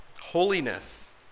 holiness